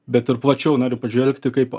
bet ir plačiau noriu pažvelgti kaip